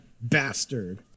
bastard